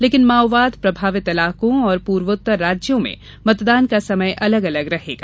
लेकिन माओवाद प्रभावित इलाकों और पूर्वोत्तर राज्यों में मतदान का समय अलग अलग रहेगा